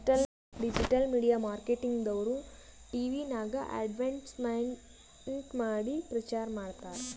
digital media marketing ದವ್ರು ಟಿವಿನಾಗ್ advertisement ಮಾಡಿ ಪ್ರಚಾರ್ ಮಾಡ್ತಾರ್